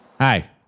Hi